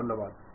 വളരെ നന്ദി